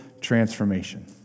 transformation